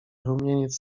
rumieniec